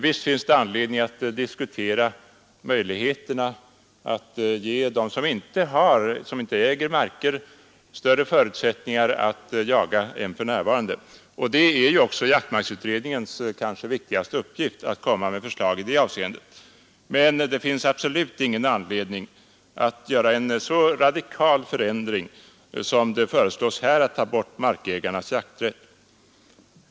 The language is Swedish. Visst finns det anledning att diskutera möjligheterna att ge dem som inte äger marker större förutsättningar att jaga än för närvarande, och det är ju också jaktmarksutredningens kanske viktigaste uppgift att komma med förslag i det avseendet, men det finns absolut ingen anledning att göra en så radikal förändring som den som föreslås här, nämligen att ta bort markägarnas jakträtt.